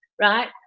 right